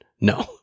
no